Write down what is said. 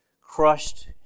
crushed